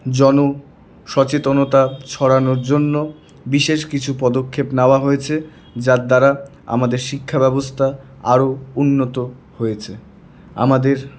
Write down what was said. জনসচেতনতা ছড়ানোর জন্য বিশেষ কিছু পদক্ষেপ নেওয়া হয়েছে যার দ্বারা আমাদের শিক্ষা ব্যবস্থা আরও উন্নত হয়েছে আমাদের